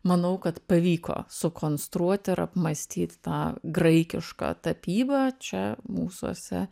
manau kad pavyko sukonstruot ir apmąstyt tą graikišką tapybą čia mūsuose